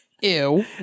Ew